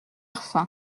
faim